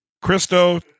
Christo